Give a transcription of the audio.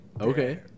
Okay